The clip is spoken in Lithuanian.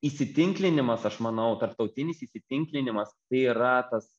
įsitinklinimas aš manau tarptautinis įsitiklinimas tai yra tas